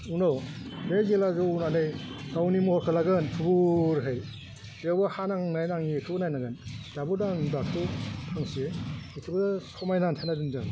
उनाव बे जेला जौनानै गावनि महरखौ लागोन थुबुरहै बेयावबो हा नांनाय नाङैखौ नायनांगोन दाबोथ' आं दाखालि फांसे बेखौबो समायनानि थाखाय दोन्दों